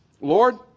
Lord